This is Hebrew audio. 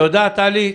תודה, טלי.